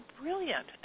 brilliant